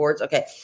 Okay